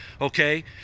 okay